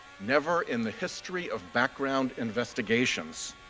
never in the history of background investigations